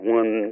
one